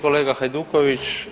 Kolega Hajduković.